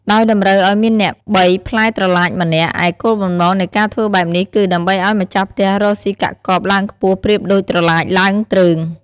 ដោយតម្រូវឲ្យមានអ្នកបីផ្លែត្រឡាចម្នាក់ ឯគោលបំណងនៃការធ្វើបែបនេះគឺ ដើម្បីឲ្យម្ចាស់ផ្ទះរកស៊ីកាក់កបឡើងខ្ពស់ប្រៀបដូចត្រឡាចឡើងទ្រើង ។